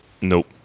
Nope